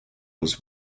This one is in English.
was